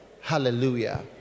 hallelujah